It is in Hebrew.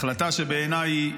החלטה שבעיניי,